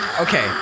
Okay